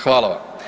Hvala vam.